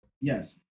Yes